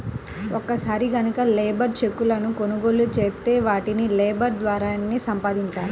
ఒక్కసారి గనక లేబర్ చెక్కులను కొనుగోలు చేత్తే వాటిని లేబర్ ద్వారానే సంపాదించాల